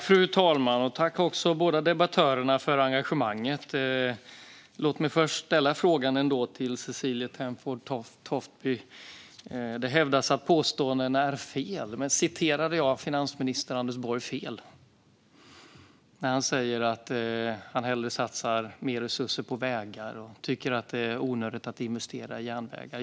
Fru talman! Tack till båda debattörerna för engagemanget! Låt mig först ställa frågan till Cecilie Tenfjord Toftby som hävdar att påståendena är fel: Citerar jag tidigare finansminister Anders Borg fel när han säger att han hellre satsar mer resurser på vägar och tycker att det är onödigt att investera i järnvägar?